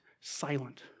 silent